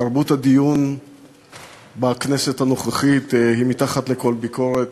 תרבות הדיון בכנסת הנוכחית היא מתחת לכל ביקורת.